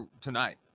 tonight